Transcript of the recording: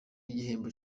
igihembo